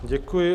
Děkuji.